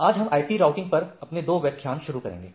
आज हम I P routing पर अपने दो व्याख्यान शुरू करेंगे